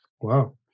Wow